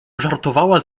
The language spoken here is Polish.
żartowała